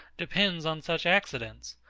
depends on such accidents.